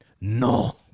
no